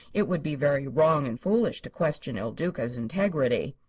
it would be very wrong and foolish to question il duca's integrity.